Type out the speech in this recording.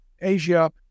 Asia